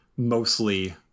mostly